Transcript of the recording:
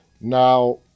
Now